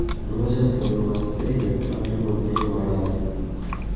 రోజా పువ్వులు వస్తే ఎట్లాంటి మందులు వాడాలి?